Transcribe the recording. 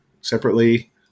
separately